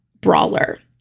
brawler